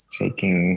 taking